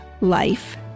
life